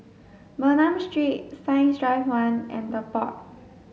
Bernam Street Science Drive one and The Pod